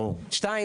שניים,